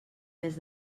més